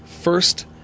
first